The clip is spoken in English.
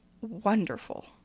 wonderful